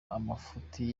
amafuti